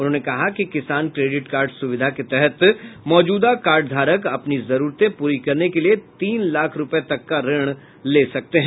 उन्होंने कहा कि किसान क्रेडिट कार्ड सुविधा के तहत मौजूदा कार्डधारक अपनी जरूरतें पूरी करने के लिए तीन लाख रूपये तक का ऋण ले सकते हैं